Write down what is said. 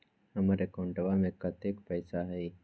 हमार अकाउंटवा में कतेइक पैसा हई?